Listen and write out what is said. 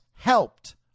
helped